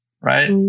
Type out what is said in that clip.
right